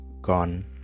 Gone